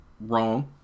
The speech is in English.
wrong